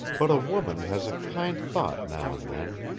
but a woman, has a kind thought now and then.